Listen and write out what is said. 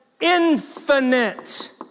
infinite